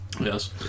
yes